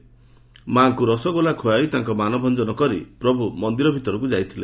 ଶେଷରେ ରସଗୋଲା ଖୁଆଇ ମାଙ୍କ ମାନଭଞ୍ଚନ କରି ପ୍ରଭୁ ମନ୍ଦିର ଭିତରକୁ ଯାଇଥିଲେ